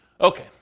Okay